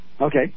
Okay